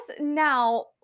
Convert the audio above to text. now